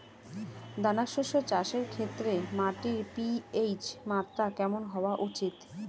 দানা শস্য চাষের ক্ষেত্রে মাটির পি.এইচ মাত্রা কেমন হওয়া উচিৎ?